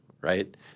right